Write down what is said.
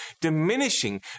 diminishing